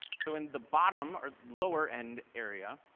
so in the bottom or lower end area,